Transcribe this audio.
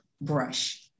brush